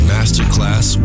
Masterclass